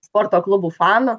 sporto klubų fanu